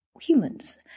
humans